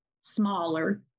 smaller